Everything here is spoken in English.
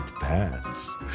pants